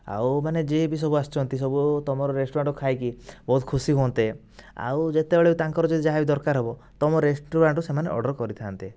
ଆଉମାନେ ଯିଏ ବି ସବୁ ଆସିଛନ୍ତି ସବୁ ତୁମର ରେଷ୍ଟୁରାଣ୍ଟରୁ ଖାଇକି ବହୁତ ଖୁସି ହୁଅନ୍ତେ ଆଉ ଯେତେବେଳେ ତାଙ୍କର ଯେ ଯାହାବି ଦରକାର ହବ ତୁମ ରେଷ୍ଟୁରାଣ୍ଟରୁ ସେମାନେ ଅର୍ଡ଼ର କରିଥାଆନ୍ତେ